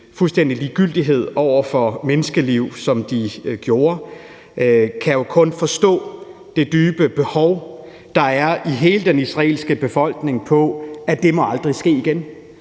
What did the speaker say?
fuldstændige ligegyldighed over for menneskeliv, som de udviste, kan jo ikke andet end at forstå det dybe behov, der er i hele den israelske befolkning, for, at det aldrig må ske igen,